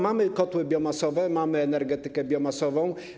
Mamy kotły biomasowe, mamy energetykę biomasową.